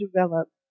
develop